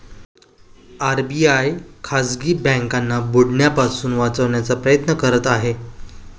RBI खाजगी बँकांना बुडण्यापासून वाचवण्याचा प्रयत्न करत आहे